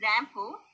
example